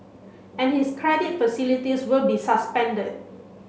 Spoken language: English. and his credit facilities will be suspended